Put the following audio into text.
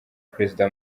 perezida